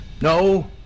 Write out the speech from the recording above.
No